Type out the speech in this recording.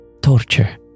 torture